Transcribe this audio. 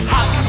Hot